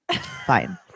fine